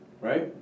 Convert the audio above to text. Right